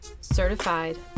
certified